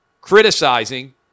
Criticizing